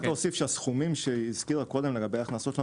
רק נוסיף שהסכומים שהזכירה קודם לגבי הכנסות המדינה,